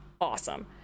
awesome